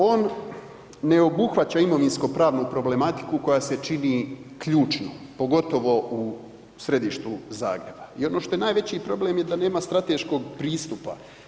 On ne obuhvaća imovinsko-pravnu problematiku koja se čini ključnom, pogotovo u središtu Zagreba i ono što je najveći problem je da nema strateškog pristupa.